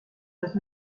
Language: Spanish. los